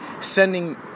sending